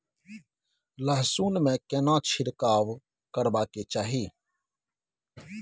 लहसुन में केना छिरकाव करबा के चाही?